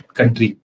country